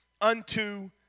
unto